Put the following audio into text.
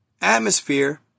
atmosphere